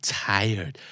tired